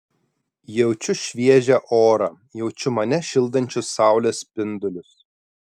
jaučiu šviežią orą jaučiu mane šildančius saulės spindulius